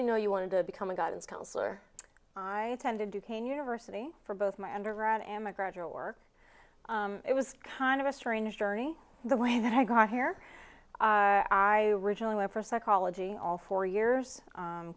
you know you wanted to become a god as counselor i attended duquesne university for both my undergrad i am a graduate work it was kind of a strange journey the way that i got here i originally went for psychology all four years